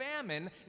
famine